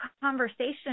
conversation